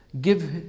Give